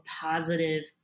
positive